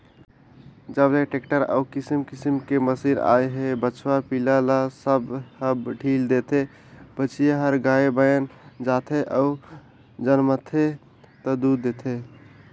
जब ले टेक्टर अउ किसम किसम के मसीन आए हे बछवा पिला ल सब ह ढ़ील देथे, बछिया हर गाय बयन जाथे अउ जनमथे ता दूद देथे